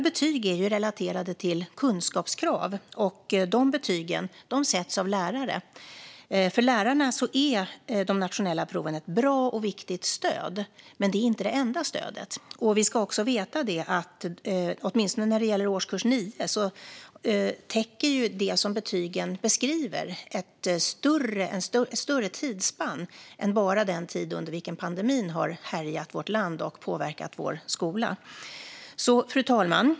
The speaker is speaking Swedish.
Betygen är relaterade till kunskapskrav, och betygen sätts av lärarna. För lärarna är de nationella proven ett bra och viktigt stöd, men det är inte det enda stödet. Åtminstone när det gäller årskurs 9 täcker det som betygen beskriver ett större tidsspann än bara den tid under vilken pandemin har härjat i vårt land och påverkat vår skola. Fru talman!